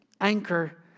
anchor